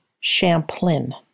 Champlain